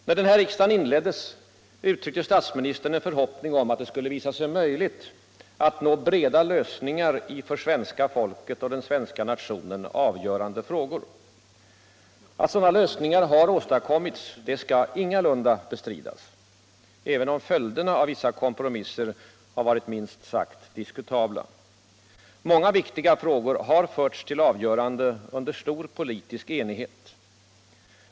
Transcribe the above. När denna riksdag inleddes uttryckte statsministern en förhoppning om att det skulle visa sig möjligt att nå breda lösningar i för svenska folket och den svenska nationen avgörande frågor. Att sådana lösningar har åstadkommits skall ingalunda bestridas, även om följderna av vissa kompromisser har varit minst sagt diskutabla. Många viktiga frågor har förts till avgörande under stor politisk enighet.